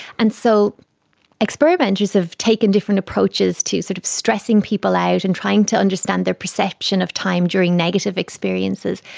and so experimenters have taken different approaches to sort of stressing people out and trying to understand their perception of time during negative experiences,